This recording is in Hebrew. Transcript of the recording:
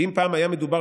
ואם פעם היה מדובר,